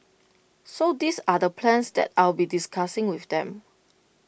so these are the plans that I'll be discussing with them